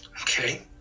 Okay